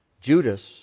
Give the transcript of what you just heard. Judas